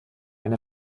eine